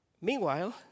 Meanwhile